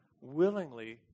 willingly